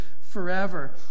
forever